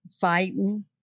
fighting